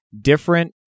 different